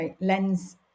lens